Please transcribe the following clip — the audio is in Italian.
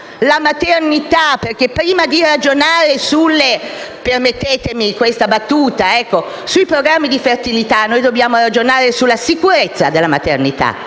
la maternità, perché prima di ragionare sui programmi di fertilità noi dobbiamo ragionare sulla sicurezza della maternità.